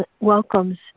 welcomes